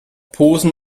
posen